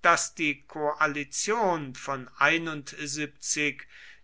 daß die koalition von